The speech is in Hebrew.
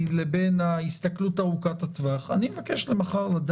ולכן מהסיבה הזאת גם מי שמדווח היום לוועדה על מספר